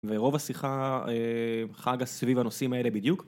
ורוב השיחה חגה סביב הנושאים האלה בדיוק